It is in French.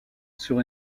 sur